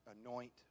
anoint